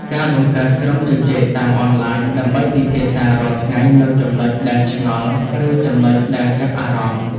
ការបង្កើតក្រុមជជែកតាមអនឡាញ ដើម្បីពិភាក្សារាល់ថ្ងៃនូវចំណុចដែលឆ្ងល់ ឬចំណុចដែលចាប់អារម្មណ៍។